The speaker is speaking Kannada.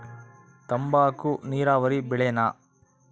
ತಂಬಾಕು ನೇರಾವರಿ ಬೆಳೆನಾ?